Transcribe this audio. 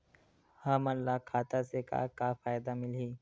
हमन ला खाता से का का फ़ायदा मिलही?